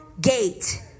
gate